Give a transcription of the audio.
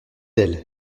d’elle